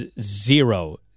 zero